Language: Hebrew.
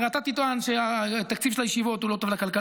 הרי אתה תטען שהתקציב של הישיבות הוא לא טוב לכלכלה